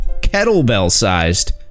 kettlebell-sized